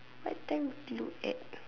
what time to look at